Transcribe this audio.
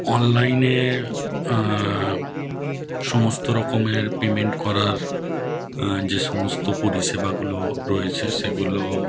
অনলাইনে সমস্ত রকমের পেমেন্ট করার যে সমস্ত পরিষেবাগুলো রয়েছে সেগুলো